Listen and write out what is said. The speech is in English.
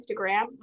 Instagram